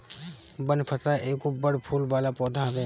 बनफशा एगो बड़ फूल वाला पौधा हवे